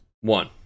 one